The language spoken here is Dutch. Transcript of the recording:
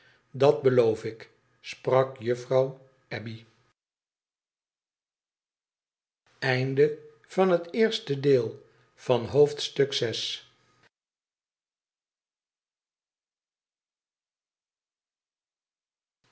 dat beloof ik sprak juffrouw abbey